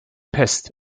pest